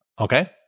Okay